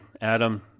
Adam